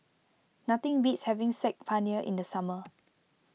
nothing beats having Saag Paneer in the summer